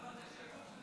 סעיפים 1 2